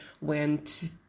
went